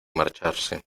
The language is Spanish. marcharse